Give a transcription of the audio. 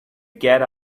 get